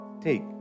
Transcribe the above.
Take